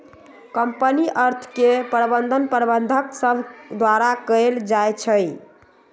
company अर्थ के प्रबंधन प्रबंधक सभ द्वारा कएल जाइ छइ